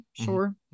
sure